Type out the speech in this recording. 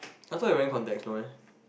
I thought you wearing contacts no eh